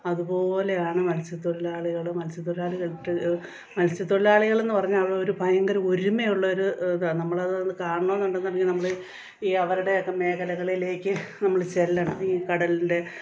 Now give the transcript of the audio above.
അതുപോലെയാണ് മത്സ്യത്തൊഴിലാളികളും മത്സ്യത്തൊഴിലാളികൾക്ക് മത്സ്യത്തൊഴിലാളികളെന്നു പറഞ്ഞാൽ അവർ ഭയങ്കര ഒരുമയുള്ളൊരു ഇതാ നമ്മൾ അതു കാണണമെന്നുണ്ടെന്നുണ്ടെങ്കിൽ നമ്മൾ ഈയവരുടെ ഒക്കെ മേഖലകളിലേക്ക് നമ്മൾ ചെല്ലണം ഈ കടലിൻ്റെ